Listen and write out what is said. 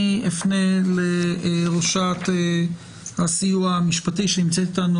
אפנה לראשת הסיוע המשפטי שנמצאת איתנו,